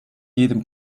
jedem